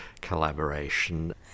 collaboration